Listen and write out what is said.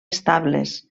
estables